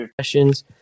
sessions